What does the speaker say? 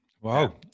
Wow